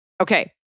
Okay